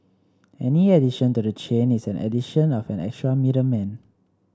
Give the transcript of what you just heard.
any addition to the chain is an addition of an extra middleman